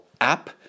app